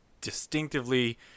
distinctively